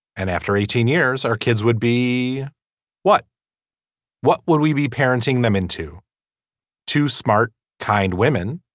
and after eighteen years our kids would be what what would we be parenting them into two smart kind women.